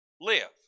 live